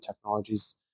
technologies